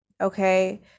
Okay